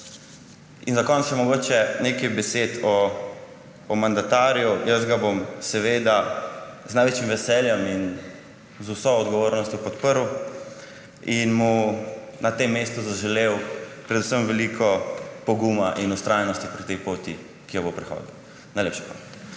Za konec mogoče še nekaj besed o mandatarju. Jaz ga bom seveda z največjim veseljem in z vso odgovornostjo podprl in mu na tem mestu zaželel predvsem veliko poguma in vztrajnosti na tej poti, ki jo bo prehodil. Najlepša